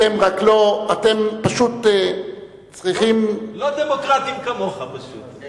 אתם פשוט צריכים, לא דמוקרטים כמוך, פשוט.